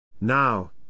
Now